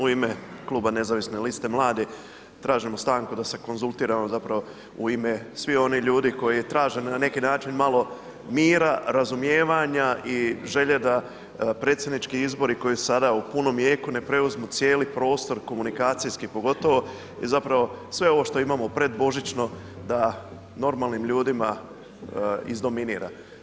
U ime kluba Nezavisne liste mladih tražimo stanku da se konzultiramo zapravo u ime svih onih ljudi koji traže na neki način malo mira, razumijevanja i želje da predsjednički izbori koji su sada u punom jeku, ne preuzmu cijeli prostor komunikacijski pogotovo zapravo sve ovo što imamo predbožićno da normalnim ljudima izdominira.